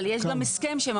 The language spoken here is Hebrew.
אבל יש גם הסכם שהם